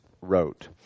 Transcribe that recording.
wrote